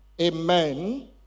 Amen